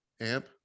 amp